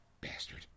Bastard